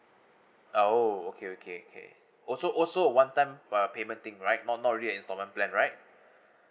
oo okay okay okay also also one time uh payment thing right not not reinstallment plan right